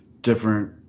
different